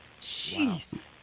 Jeez